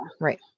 right